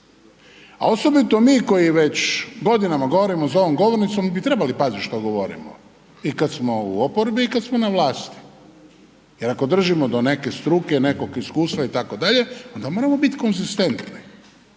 a osobito mi koji već godinama govorimo za ovom govornicom bi trebali paziti što govorimo i kad smo u oporbi i kad smo na vlasti, jer ako držimo do neke struke, nekog iskustva itd. onda moramo biti konzistentni.